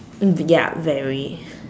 mm ya very